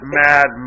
mad